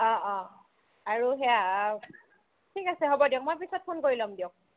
অঁঁ অঁ আৰু সেয়া ঠিক আছে হ'ব দিয়ক মই পিছত ফোন কৰি ল'ম দিয়ক